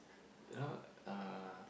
you know uh